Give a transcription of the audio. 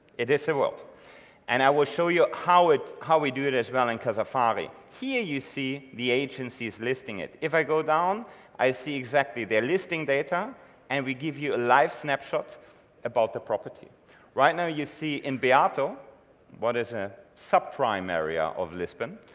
it is a world and i will show you how it how we do it as well in casa fari here you see the agency is listing it if i go down i see exactly they're listing data and we give you a live snapshot about the property right now you see in beato what is a subprime area of lisbon.